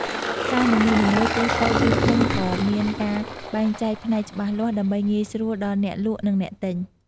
ផ្សារនីមួយៗ ទោះតូច ឬធំក៏មានការបែងចែកផ្នែកច្បាស់លាស់ ដើម្បីងាយស្រួលដល់អ្នកលក់ និងអ្នកទិញ។